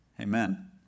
Amen